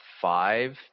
five